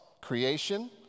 creation